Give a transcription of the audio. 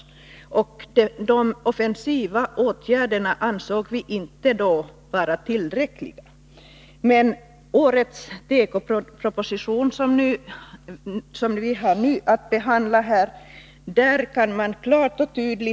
Vi ansåg att de offensiva åtgärderna då inte var tillräckliga. Men när det gäller årets tekoproposition, som vi nu behandlar, kan man på s.